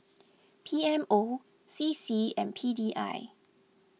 P M O C C and P D I